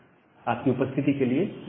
आप की उपस्थिति के लिए धन्यवाद